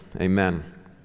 amen